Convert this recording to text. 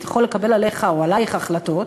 הוא יכול לקבל עליך או עלייך החלטות,